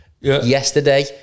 yesterday